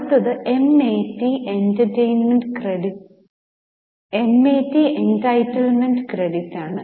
അടുത്തത് MAT entitlement credit ആണ്